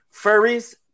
Furries